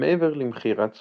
מעבר למכירת ספרים,